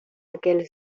aquel